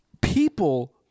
people